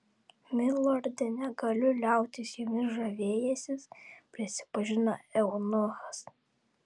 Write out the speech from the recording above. milorde negaliu liautis jumis žavėjęsis prisipažino eunuchas